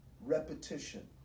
repetition